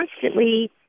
constantly